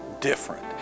different